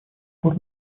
пор